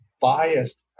biased